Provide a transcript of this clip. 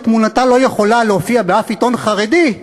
שתמונתה לא יכולה להופיע באף עיתון חרדי,